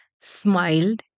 smiled